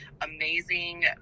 amazing